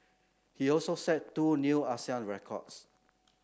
he also set two new Asian records